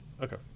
Okay